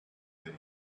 day